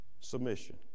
submission